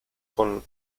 con